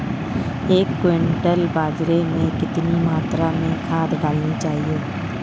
एक क्विंटल बाजरे में कितनी मात्रा में खाद डालनी चाहिए?